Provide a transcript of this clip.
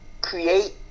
Create